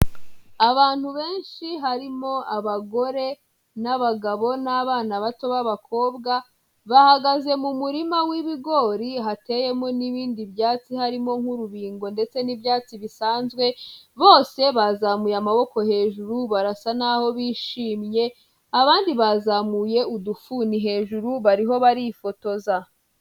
Abantu benshi harimo abagore n'abagabo n'abana bato b'abakobwa ,bahagaze mu murima w'ibigori hateyemo n'ibindi byatsi harimo nk'urubingo ndetse n'ibyatsi bisanzwe bose bazamuye amaboko hejuru barasa naho bishimye abandi bazamuye udufuni hejuru bariho barifotoza.